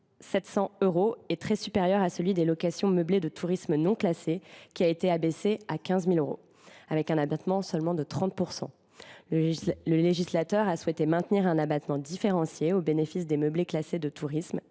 Ce seuil est très supérieur à celui des locations meublées de tourisme non classées, qui a été abaissé à 15 000 euros, avec un abattement de seulement 30 %. Le législateur a souhaité maintenir un abattement différencié au bénéfice des meublés classés de tourisme